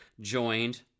joined